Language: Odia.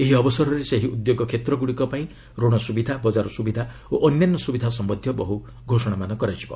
ଏହି ଅବସରରେ ସେହି ଉଦ୍ୟୋଗ କ୍ଷେତ୍ରଗୁଡ଼ିକ ପାଇଁ ଋଣ ସ୍ରବିଧା ବକାର ସୁବିଧା ଓ ଅନ୍ୟାନ୍ୟ ସୁବିଧା ସମ୍ଭନ୍ଧୀୟ ବହୁ ଘୋଷଣା କରାଯିବ